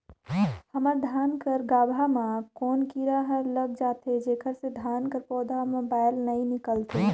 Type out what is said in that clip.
हमर धान कर गाभा म कौन कीरा हर लग जाथे जेकर से धान कर पौधा म बाएल नइ निकलथे?